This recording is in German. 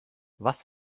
was